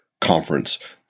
conference